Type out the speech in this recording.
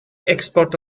export